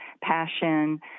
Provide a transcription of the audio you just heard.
passion